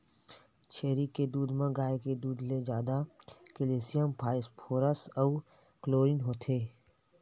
छेरी के दूद म गाय के दूद ले जादा केल्सियम, फास्फोरस अउ क्लोरीन होथे